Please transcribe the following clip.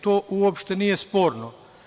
To uopšte nije sporno.